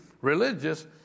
religious